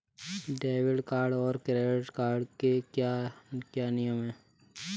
Debit card और credit card के क्या क्या नियम हैं?